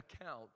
account